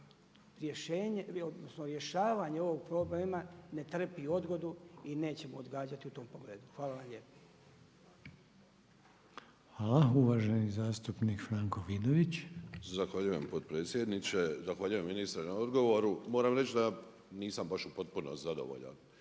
rješavanje ovog problema ne trpi odgodu i nećemo odgađati u tom pogledu. Hvala vam lijepa. **Reiner, Željko (HDZ)** Hvala. Uvaženi zastupnik Franko Vidović. **Vidović, Franko (SDP)** Zahvaljujem potpredsjedniče, zahvaljujem ministre na odgovoru. Moram reći da nisam baš potpuno zadovoljan,